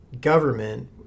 government